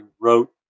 wrote